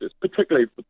particularly